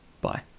Bye